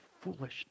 foolishness